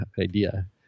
idea